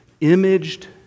imaged